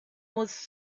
was